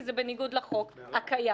כי זה בניגוד לחוק הקיים.